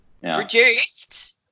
Reduced